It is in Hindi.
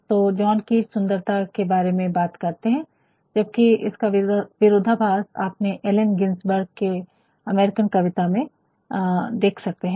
तो जॉन कीट्स सुंदरता के बारेमें बात करते है जबकि इसका विरोधाभास आप एलेन गिन्सबर्ग कि अमेरिकन कविता में देख सकते है